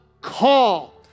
call